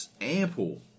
...ample